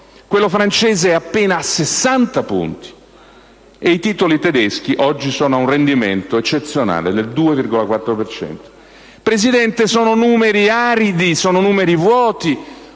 quello francese è appena a 60 punti ed i titoli tedeschi oggi sono a un rendimento eccezionale del 2,4 per cento. Presidente, sono numeri aridi, sono numeri vuoti